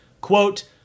quote